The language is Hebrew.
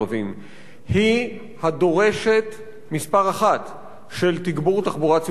היא הדורשת מספר אחת של תגבור תחבורה ציבורית בחברה בארץ.